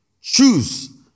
Choose